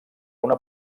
una